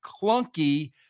clunky